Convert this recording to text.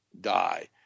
die